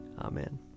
Amen